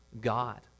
God